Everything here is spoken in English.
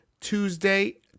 tuesday